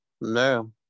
No